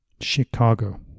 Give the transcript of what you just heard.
Chicago